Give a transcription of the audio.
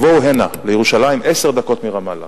שיבואו הנה, לירושלים, עשר דקות מרמאללה.